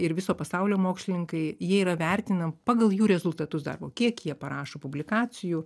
ir viso pasaulio mokslininkai jie yra vertinam pagal jų rezultatus darbo kiek jie parašo publikacijų